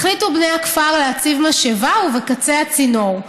החליטו בני הכפר להציב משאבה ובקצהָ צינור.